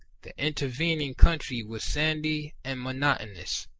the intervening country was sandy and monotonous,